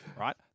Right